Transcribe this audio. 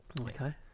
Okay